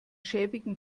schäbigen